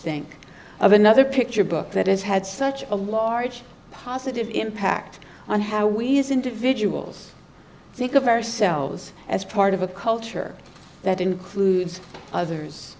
think of another picture book that has had such a large positive impact on how we as individuals think of ourselves as part of a culture that includes others